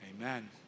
Amen